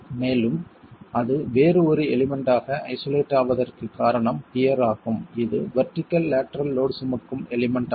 மேலும் அது வேறு ஒரு எலிமெண்ட் ஆக ஐசோலேட் ஆவதற்கு காரணம் பியர் ஆகும் இது வெர்டிகள் லேட்டரல் லோட் சுமக்கும் எலிமெண்ட் ஆகும்